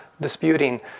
disputing